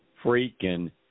freaking